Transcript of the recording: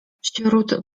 wśród